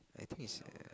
I think it's like that